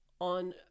on